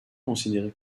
considéré